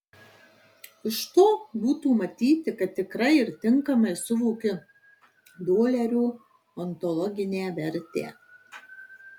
iš to būtų matyti kad tikrai ir tinkamai suvoki dolerio ontologinę vertę